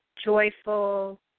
joyful